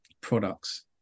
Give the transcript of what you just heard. products